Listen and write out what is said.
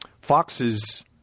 Foxes